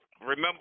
Remember